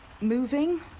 moving